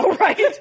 right